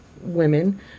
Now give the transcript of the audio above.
women